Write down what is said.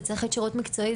זה צריך להיות שירות מקצועי.